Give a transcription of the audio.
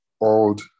old